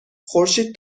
خورشید